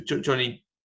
Johnny